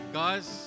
guys